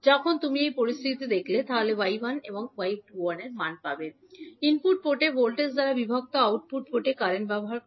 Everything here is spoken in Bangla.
যখন তুমি এই পরিস্থিতিটি থাকলে আপনি এর মান পাবেন এবং ইনপুট পোর্টে ভোল্টেজ দ্বারা বিভক্ত আউটপুট পোর্ট এ কারেন্ট ব্যবহার করা